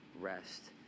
rest